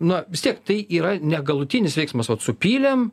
na vis tiek tai yra negalutinis veiksmas vot supylėm